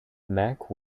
mack